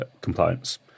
compliance